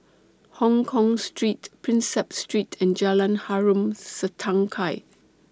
Hongkong Street Prinsep Street and Jalan Harom Setangkai